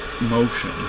motion